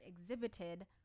exhibited